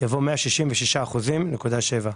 יבוא "166.7%".